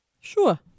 Sure